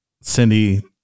Cindy